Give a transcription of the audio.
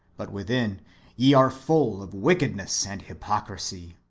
but within ye are full of wickedness and hypocrisy.